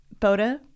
Boda